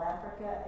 Africa